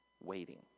waiting